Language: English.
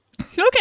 Okay